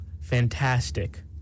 fantastic